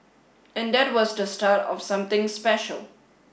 and that was the start of something special